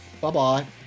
Bye-bye